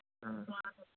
ꯎꯝ